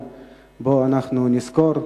ב"דולפינריום" טקס שבו אנחנו נזכור,